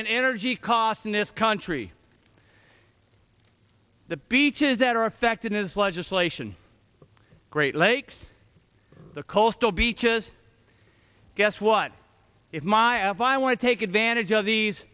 energy costs in this country the beaches that are affected is legislation great lakes the coastal beaches guess what if my i want to take advantage of these